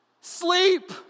sleep